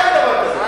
אין דבר כזה.